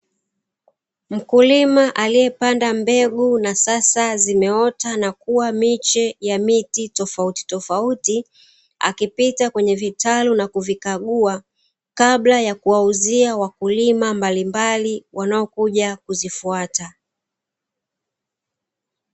Mkulima aliye panda mbegu na sasa zimeota na kuwa miche ya miti tofauti tofauti, akipita kwenye vitalu na kuvikagua kabla ya kuwauzia wakulima mbalimbali wanao kuja kuzifuata.